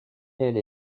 elle